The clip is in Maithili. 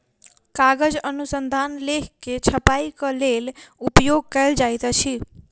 कागज अनुसंधान लेख के छपाईक लेल उपयोग कयल जाइत अछि